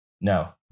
No